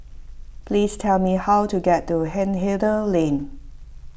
please tell me how to get to Hindhede Lane